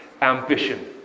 ambition